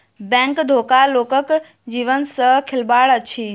bank धोखा लोकक जीवन सॅ खेलबाड़ अछि